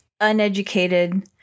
uneducated